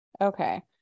Okay